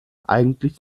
eigentlich